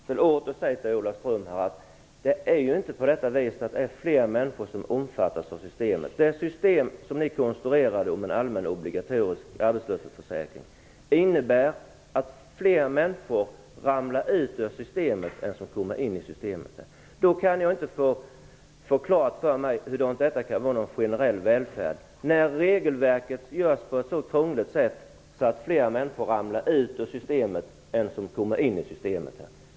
Herr talman! Jag vill åter säga till Ola Ström att det inte är fler människor som omfattas av systemet. Det system med en allmän obligatorisk arbetslöshetsförsäkring som ni konstruerade innebär att fler människor ramlar ut ur än kommer in i systemet. Jag kan inte få klart för mig hur det kan vara generell välfärd när regelverket görs på ett så krångligt sätt att fler människor ramlar ut ur än kommer in i systemet.